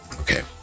Okay